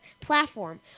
platform